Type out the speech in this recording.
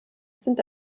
sind